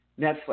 Netflix